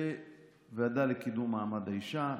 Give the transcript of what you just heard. בוועדה לקידום מעמד האישה,